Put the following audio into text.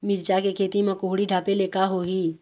मिरचा के खेती म कुहड़ी ढापे ले का होही?